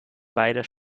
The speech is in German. beider